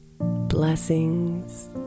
Blessings